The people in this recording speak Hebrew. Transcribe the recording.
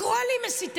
לקרוא לי מסיתה,